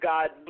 God